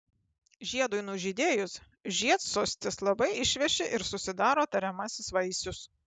žiedui nužydėjus žiedsostis labai išveši ir susidaro tariamasis vaisius